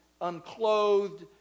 unclothed